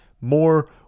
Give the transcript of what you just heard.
more